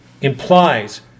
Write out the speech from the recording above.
implies